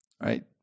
Right